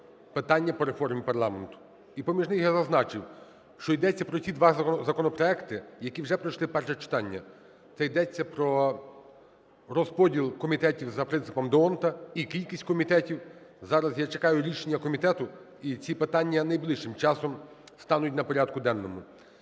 питання по реформі парламенту. І поміж них я зазначив, що йдеться про ці два законопроекти, які вже пройшли перше читання. Це йдеться про розподіл комітетів за принципом д'Ондта і кількість комітетів. Зараз я чекаю рішення комітету і ці питання найближчим часом стануть на порядку денному.